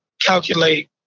calculate